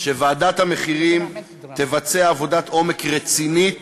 שוועדת המחירים תבצע עבודת עומק רצינית